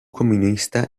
comunista